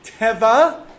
Teva